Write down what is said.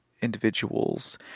individuals